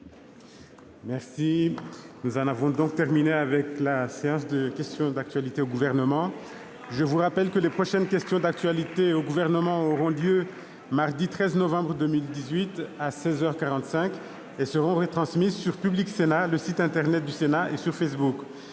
Nous en avons terminé avec les questions d'actualité au Gouvernement. Je vous rappelle que les prochaines questions d'actualité au Gouvernement auront lieu mardi 13 novembre 2018, à seize heures quarante-cinq, et seront retransmises sur Public Sénat, le site internet du Sénat et sur Facebook.